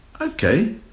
okay